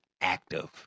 active